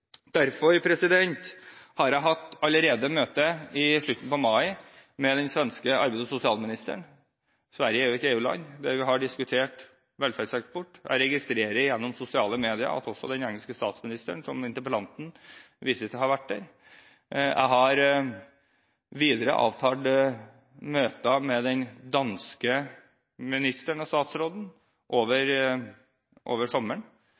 allerede, i slutten av mai, hatt et møte med den svenske arbeids- og sosialministeren – Sverige er jo et EU-land – der vi har diskutert velferdseksport. Jeg registrerer gjennom sosiale medier at også den engelske statsministeren, som interpellanten viser til, har vært der. Jeg har videre avtalt møter med den danske ministeren